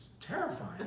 terrifying